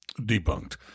debunked